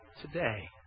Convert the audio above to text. today